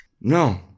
No